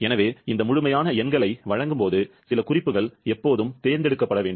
எனவே இந்த முழுமையான எண்களை வழங்கும்போது சில குறிப்புகள் எப்போதும் தேர்ந்தெடுக்கப்பட வேண்டும்